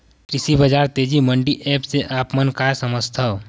कृषि बजार तेजी मंडी एप्प से आप मन का समझथव?